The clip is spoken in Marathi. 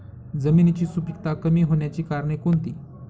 जमिनीची सुपिकता कमी होण्याची कारणे कोणती?